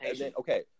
Okay